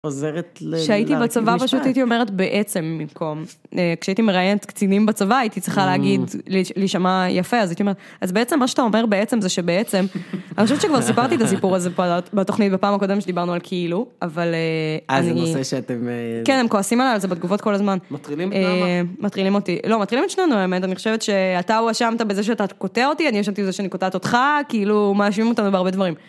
עוזרת ל... שהייתי בצבא פשוט הייתי אומרת בעצם במקום, כשהייתי מראיינת קצינים בצבא הייתי צריכה להגיד, להשמע יפה, אז הייתי אומרת, אז בעצם מה שאתה אומר בעצם זה שבעצם, אני חושבת שכבר סיפרתי את הסיפור הזה פה, בתוכנית בפעם הקודמת שדיברנו על כאילו, אבל... אה, זה נושא שאתם... כן, הם כועסים עליה על זה בתגובות כל הזמן. מטרילים, למה? מטרילים אותי, לא, מטרילים את שנינו, האמת, אני חושבת שאתה הואשמת בזה שאתה קוטע אותי, אני מאושמת שאני קוטעת אותך כאליו מאשימים בהרבה דברים